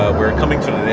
we're coming to the